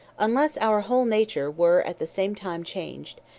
unless our whole nature were at the same time changed,